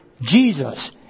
Jesus